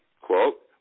quote